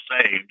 saved